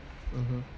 mmhmm